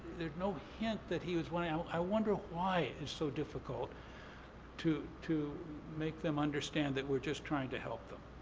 there's no hint that he was um i wonder why it's so difficult to to make them understand that we're just trying to help them.